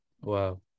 Wow